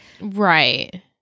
Right